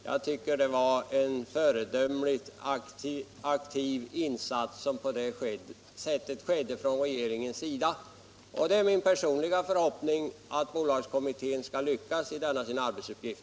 Jag tycker att det var en föredömligt aktiv insats som regeringen då gjorde. Det är också min personliga förhoppning att bolagskommittén skall lyckas med sin arbetsuppgift.